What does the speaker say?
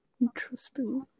Interesting